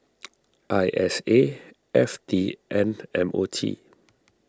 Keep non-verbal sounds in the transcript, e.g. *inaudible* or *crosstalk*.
*noise* I S A F T and M O T